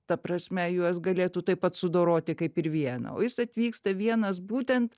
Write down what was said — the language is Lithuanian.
ta prasme juos galėtų taip pat sudoroti kaip ir vieną o jis atvyksta vienas būtent